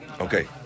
Okay